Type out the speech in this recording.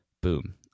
boom